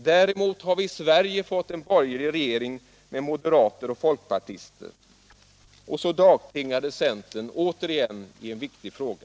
Däremot har vi i Sverige fått en borgerlig regering med moderater och folkpartister. Och så dagtingade centern åter i en viktig fråga!